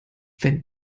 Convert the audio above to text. wenn